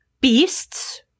Beasts